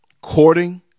courting